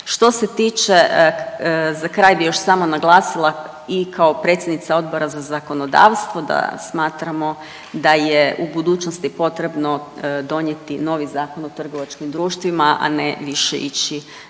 Što se tiče za kraj bih još samo naglasila i kao predsjednica Odbora za zakonodavstvo da smatramo da je u budućnosti potrebno donijeti novi Zakon o trgovačkim društvima, a ne više ići